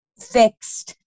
fixed